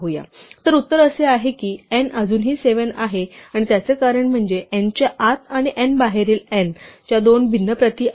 तर उत्तर असे आहे की n अजूनही 7 आहे आणि त्याचे कारण म्हणजे n आत आणि n बाहेरील n च्या दोन भिन्न प्रती आहेत